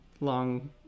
long